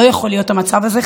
לא יכול להיות המצב הזה.